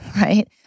right